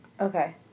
Okay